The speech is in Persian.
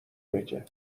مکه